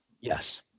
Yes